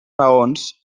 raons